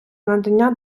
надання